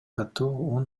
катуу